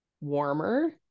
warmer